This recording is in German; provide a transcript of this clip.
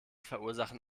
verursachen